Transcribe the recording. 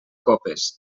copes